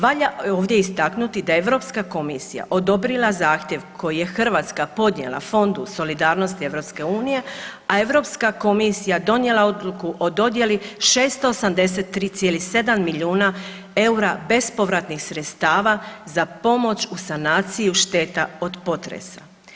Valja ovdje istaknuti da je EU komisija odobrila zahtjev koji je Hrvatska podnijela Fondu solidarnosti EU, a EU komisija donijela odluku o dodjeli 683,7 milijuna eura bespovratnih sredstava za pomoć u sanaciju šteta od potresa.